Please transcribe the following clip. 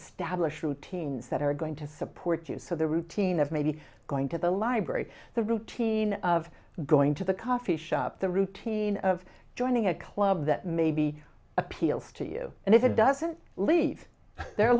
establish routines that are going to support you so the routine of maybe going to the library the routine of going to the coffee shop the routine of joining a club that maybe appeals to you and if it doesn't leave there